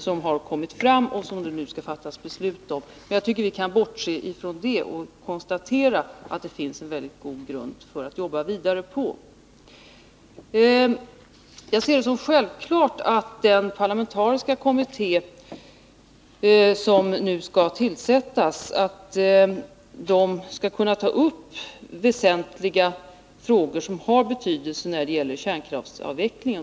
Det gäller också de förslag som det nu skall fattas beslut om. Jag tycker vi kan bortse från det och konstatera att det finns en god grund att jobba vidare på. Jag anser det självklart att den parlamentariska kommitté som nu skall tillsättas kan ta upp väsentliga frågor som har betydelse när det gäller kärnkraftsavvecklingen.